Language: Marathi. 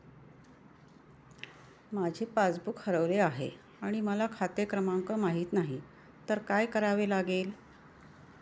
माझे पासबूक हरवले आहे आणि मला खाते क्रमांक माहित नाही तर काय करावे लागेल?